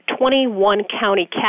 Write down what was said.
21-county